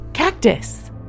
Cactus